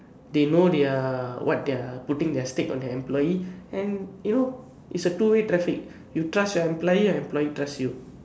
they know their what their putting their stake on their employee and you know it's a two way traffic you trust your employee your employee trust you